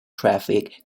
traffic